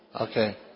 Okay